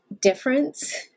difference